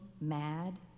mad